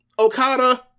Okada